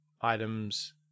items